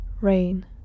rain